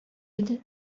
иде